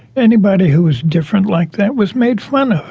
anybody who was different like that was made fun of.